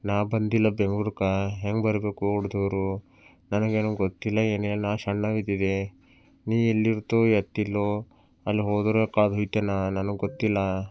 ನಾನು ಬಂದಿಲ್ಲ ಬೆಂಗ್ಳೂರ್ಗೆ ಹೆಂಗೆ ಬರಬೇಕು ಊರವ್ರು ನನಗೇನು ಗೊತ್ತಿಲ್ಲ ಏನು ನಾನು ಸಣ್ಣದ್ದೀನಿ ನೀನು ಎಲ್ಲಿ ಇರ್ತಿಯೋ ಎತ್ತಿಲ್ವೋ ಅಲ್ಲಿ ಹೋದರೆ ಕಾಲ್ ಹೋಯ್ತಿನ ನನಗೆ ಗೊತ್ತಿಲ್ಲ